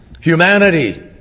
humanity